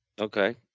Okay